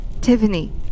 Tiffany